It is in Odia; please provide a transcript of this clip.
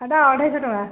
ସେଇଟା ଅଢ଼େଇଶହ ଟଙ୍କା